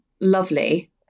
lovely